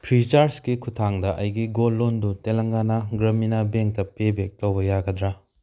ꯐ꯭ꯔꯤꯆꯥꯔꯖꯀꯤ ꯈꯨꯠꯊꯥꯡꯗ ꯑꯩꯒꯤ ꯒꯣꯜ ꯂꯣꯟꯗꯣ ꯇꯦꯂꯪꯒꯥꯅꯥ ꯒ꯭ꯔꯥꯃꯤꯅꯥ ꯕꯦꯡꯗ ꯄꯦ ꯕꯦꯛ ꯇꯧꯕ ꯌꯥꯒꯗ꯭ꯔꯥ